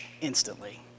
instantly